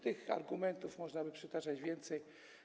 Tych argumentów można by przytaczać więcej.